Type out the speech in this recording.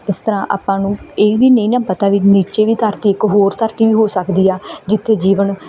ਇਸ ਤਰ੍ਹਾਂ ਆਪਾਂ ਨੂੰ ਇਹ ਵੀ ਨਹੀਂ ਨਾ ਪਤਾ ਨੀਚੇ ਵੀ ਧਰਤੀ ਇੱਕ ਹੋਰ ਧਰਤੀ ਵੀ ਹੋ ਸਕਦੀ ਆ ਜਿੱਥੇ ਜੀਵਨ